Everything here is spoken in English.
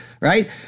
right